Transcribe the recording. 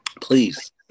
Please